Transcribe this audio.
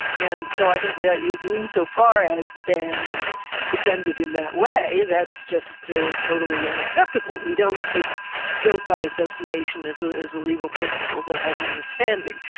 and so i think that in so far and as the ban was defended in that way, that's just totally unacceptable. we don't take guilt by association as ah as a legal principle that has any standing.